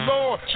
Lord